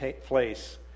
place